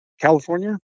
California